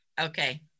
Okay